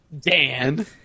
Dan